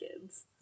kids